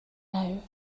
now